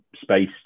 space